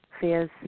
fears